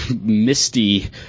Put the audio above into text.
misty